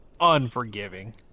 unforgiving